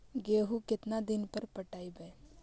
गेहूं केतना दिन पर पटइबै?